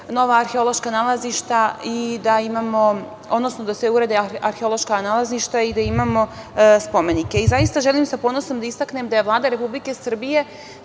urede arheološka nalazišta i da imamo spomenike. Zaista želim sa ponosom da istaknem da je Vlada Republike Srbije